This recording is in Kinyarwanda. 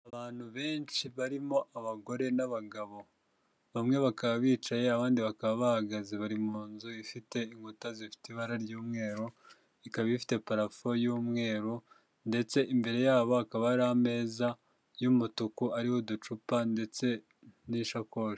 Abantu benshi barimo abagore n'abagabo, bamwe bakaba bicaye abandi bakaba bahagaze, bari mu nzu ifite inkuta zifite ibara ry'umweru, ikaba ifite parafo y'umweru ndetse imbere yabo akaba hari ameza y'umutuku ariho uducupa ndetse n'ishakoshi.